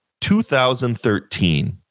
2013